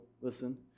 listen